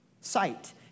Sight